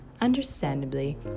Understandably